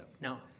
Now